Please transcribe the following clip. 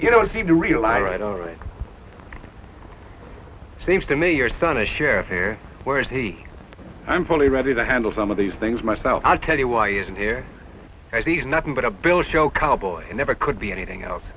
you know seem to realize right all right seems to me your son a sheriff there where is he i'm fully ready to handle some of these things myself i'll tell you why isn't here as he's nothing but a bill show cowboy and never could be anything else